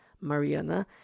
Mariana